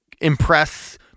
impress